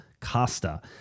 costa